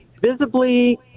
visibly